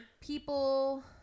people